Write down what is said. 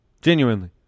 Genuinely